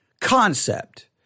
concept